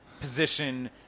position